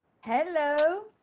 Hello